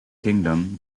kingdom